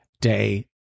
day